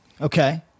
Okay